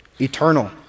eternal